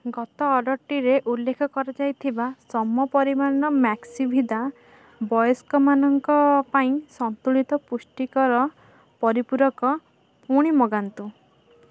ଗତ ଅର୍ଡ଼ର୍ଟିରେ ଉଲ୍ଲେଖ କରାଯାଇଥିବା ସମପରିମାଣର ମ୍ୟାକ୍ସଭିଦା ବୟସ୍କମାନଙ୍କ ପାଇଁ ସନ୍ତୁଳିତ ପୁଷ୍ଟିକର ପରିପୂରକ ପୁଣି ମଗାନ୍ତୁ